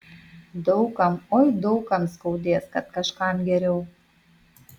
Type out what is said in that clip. daug kam oi daug kam skaudės kad kažkam geriau